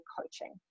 coaching